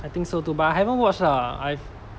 I think so too but I haven't watch ah I've